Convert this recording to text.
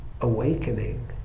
awakening